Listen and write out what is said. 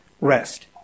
rest